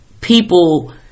people